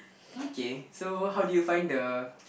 okay so how do you find the